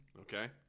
Okay